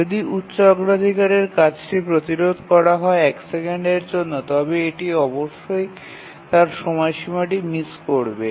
যদি উচ্চ অগ্রাধিকারের কাজটি প্রতিরোধ করা হয় এক সেকেন্ডের জন্য তবে এটি অবশ্যই তার সময়সীমাটি মিস করবে